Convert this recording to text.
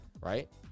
right